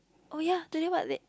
oh ya today what date